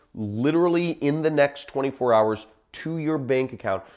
literally in the next twenty four hours to your bank account.